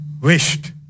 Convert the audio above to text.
wished